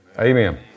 Amen